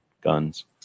guns